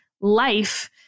life